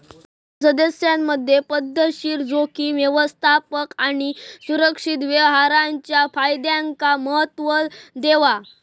आपल्या सदस्यांमधे पध्दतशीर जोखीम व्यवस्थापन आणि सुरक्षित व्यवहाराच्या फायद्यांका महत्त्व देवा